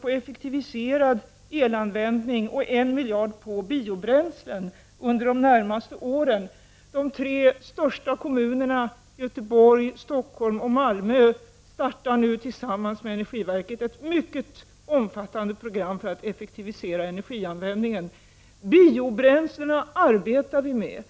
på effektiviserad elanvändning och 1 miljard på biobränsle under de närmaste åren. De tre största kommunerna — Göteborg, Stockholm och Malmö — startar nu tillsammans med energiverket ett mycket omfattande program för att effektivisera energianvändningen. Frågan om biobränslen är något som vi arbetar med.